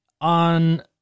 on